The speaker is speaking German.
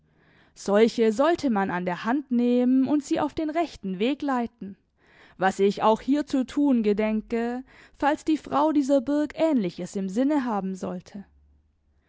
solche sollte man an der hand nehmen und sie auf den rechten weg leiten was ich auch hier zu tun gedenke falls die frau dieser burg ähnliches im sinne haben sollte